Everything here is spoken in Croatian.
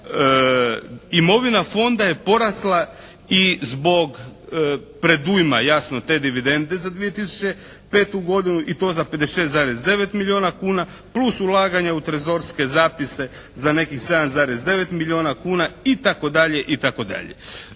Imovina fonda je porasla i zbog predujma, jasno te dividende za 2005. godinu i to za 56,9 milijuna kuna plus ulaganja u trezorske zapise za nekih 7,9 milijuna kuna itd. itd.